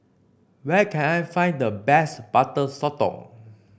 where can I find the best Butter Sotong